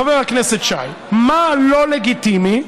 חבר הכנסת שי, מה לא לגיטימי?